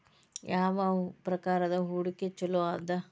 ಯಾವ ಪ್ರಕಾರದ ಹೂಡಿಕೆ ಚೊಲೋ ಅದ